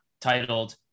titled